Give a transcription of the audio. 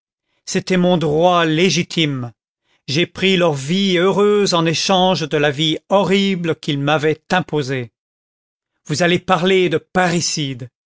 c'était mon droit légitime j'ai pris leur vie heureuse en échange de la vie horrible qu'ils m'avaient imposée vous allez parler de